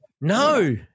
No